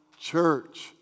church